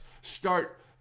start